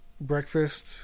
breakfast